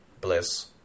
bliss